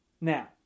now